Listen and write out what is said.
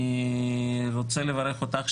אני רוצה לברך אותך,